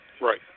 Right